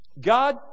god